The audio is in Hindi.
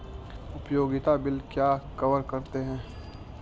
उपयोगिता बिल क्या कवर करते हैं?